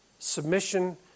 Submission